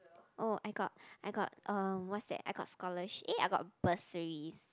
oh I got I got uh what's that I got scholarship eh I got bursaries